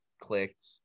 clicked